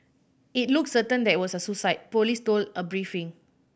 it looks certain that it was a suicide police told a briefing